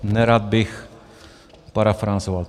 Nerad bych parafrázoval.